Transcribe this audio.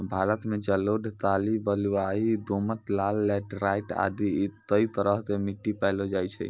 भारत मॅ जलोढ़, काली, बलुआही, दोमट, लाल, लैटराइट आदि कई तरह के मिट्टी पैलो जाय छै